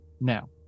Now